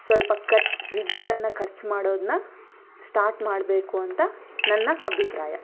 ಸ್ವಲ್ಪ ಖರ್ಚು ವಿದ್ಯುತ್ತನ್ನು ಖರ್ಚು ಮಾಡೋದನ್ನ ಸ್ಟಾರ್ಟ್ ಮಾಡಬೇಕು ಅಂತ ನನ್ನ ಅಭಿಪ್ರಾಯ